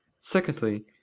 Secondly